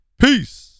Peace